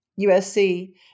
USC